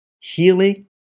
healing